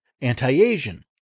anti-Asian